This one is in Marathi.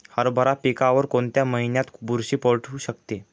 हरभरा पिकावर कोणत्या महिन्यात बुरशी पडू शकते?